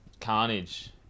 Carnage